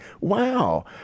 wow